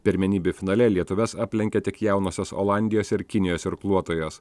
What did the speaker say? pirmenybių finale lietuves aplenkė tik jaunosios olandijos ir kinijos irkluotojos